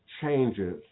changes